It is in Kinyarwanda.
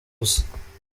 gusa